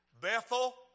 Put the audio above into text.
Bethel